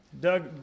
Doug